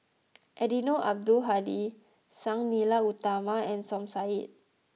Eddino Abdul Hadi Sang Nila Utama and Som Said